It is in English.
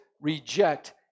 reject